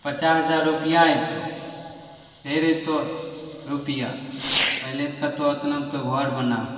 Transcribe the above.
पचास हजार रूपैआ अइतौ फेर अइतौ रूपिआ पहिले तऽ कहतो इतनामे तो घर बनाहो